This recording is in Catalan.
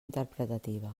interpretativa